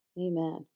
Amen